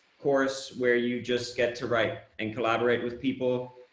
course, where you just get to write and collaborate with people.